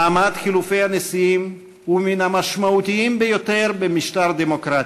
מעמד חילופי הנשיאים הוא מן המשמעותיים ביותר במשטר דמוקרטי.